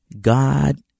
God